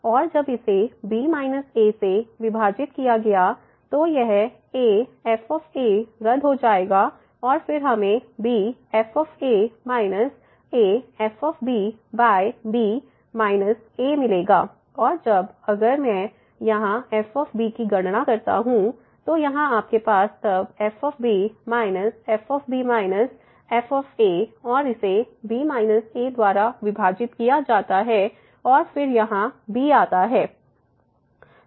और जब इसे b − a से विभाजित किया गया तो यह af रद्द हो जाएगा और फिर हमें b f a f b − a मिलेगा और अब अगर मैं यहां f की गणना करता हूं तो यहाँ आपके पास तब f माइनस f −f और इसे b−a द्वारा विभाजित किया जाता है और फिर यहां b आता है